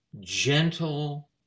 gentle